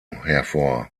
hervor